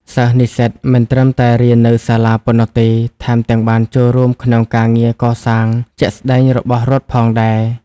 សិស្សនិស្សិតមិនត្រឹមតែរៀននៅសាលាប៉ុណ្ណោះទេ ថែមទាំងបានចូលរួមក្នុងការងារកសាងជាក់ស្តែងរបស់រដ្ឋផងដែរ។